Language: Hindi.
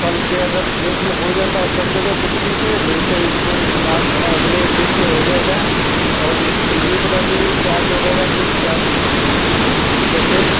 कल के अगर डेट में हो जाता है सब जगह तो ठीक है नहीं तो इसके बाद अगले डेट में हो जाएगा और ये बता दीजिए चार्ज वगैरह कुछ आप कैसे